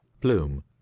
Bloom